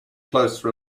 close